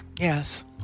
yes